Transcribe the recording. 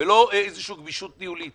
ולא על איזושהי גמישות ניהולית,